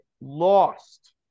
lost